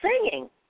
singing